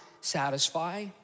satisfy